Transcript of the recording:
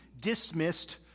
dismissed